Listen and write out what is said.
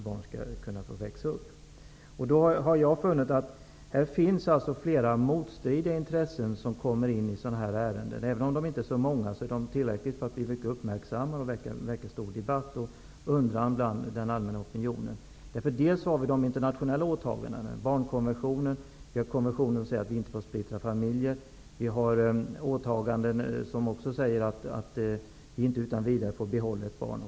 Jag har funnit att det finns flera motstridiga intressen som kommer in i dessa ärenden. Även om de inte är så många är de tillräckliga för att bli mycket uppmärksammade och väcka stor debatt och undran hos den allmänna opinionen. Vi har å ena sidan de internationella åtagandena genom barnkonventionen, den konvention som säger att vi inte får splittra familjer och vi har åtaganden som säger att vi inte utan vidare får behålla ett barn.